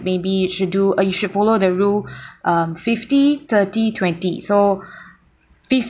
maybe you should do uh you should follow the rule um fifty thirty twenty so